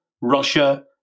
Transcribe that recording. Russia